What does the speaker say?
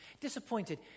disappointed